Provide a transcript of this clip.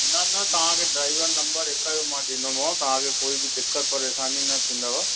न न तव्हांखे ड्राइवर नम्बर हिक जो मां ॾींदोमांव तव्हांखे कोई बि दिक़त परेशानी न थींदव